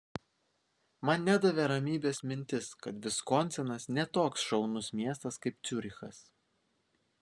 man nedavė ramybės mintis kad viskonsinas ne toks šaunus miestas kaip ciurichas